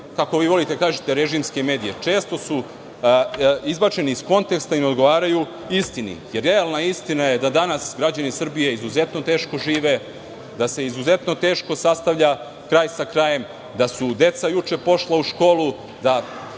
kako vi volite da kažete – režimske medije, često su izbačeni iz konteksta i ne odgovaraju istini, jer realna istina je da danas građani Srbije izuzetno teško žive, da se izuzetno teško sastavlja kraj sa krajem, da su deca juče pošla u školu, da